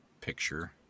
picture